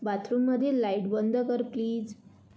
बाथरूममधील light बंद कर please